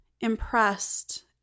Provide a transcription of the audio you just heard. impressed